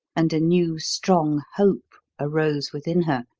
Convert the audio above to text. and a new, strong hope arose within her.